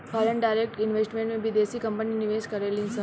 foreign direct investment में बिदेसी company निवेश करेलिसन